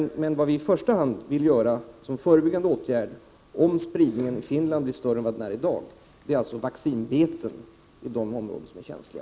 I första hand vill vi, om spridningen i Finland blir större än den är i dag, som förebyggande åtgärd sätta i gång att lägga ut vaccinbeten i de områden som är känsliga.